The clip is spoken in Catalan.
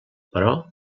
però